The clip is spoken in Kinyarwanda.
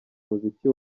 muziki